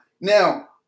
now